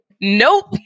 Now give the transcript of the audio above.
Nope